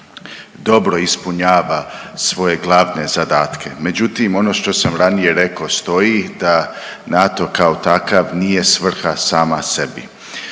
dobro ispunjava svoje glavne zadatke. Međutim, ono što sam ranije rekao stoji da NATO kao takav nije svrha sama sebi.